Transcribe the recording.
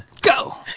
Go